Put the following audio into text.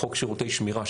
חוק שירותי שמירה,